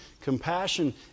Compassion